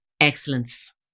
excellence